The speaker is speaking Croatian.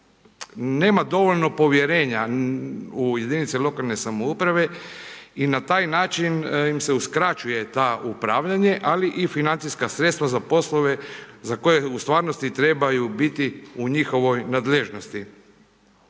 nema dovoljno povjerenja u jedinice lokalne samouprave i na taj način im se uskraćuje ta upravljanje ali i financijska sredstva za poslove za koje u stvarnosti trebaju biti u njihovoj nadležnosti.